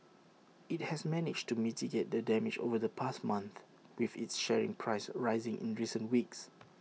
IT has managed to mitigate the damage over the past month with its sharing price rising in recent weeks